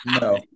No